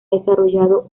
desarrollado